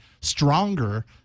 stronger